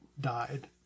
died